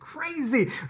crazy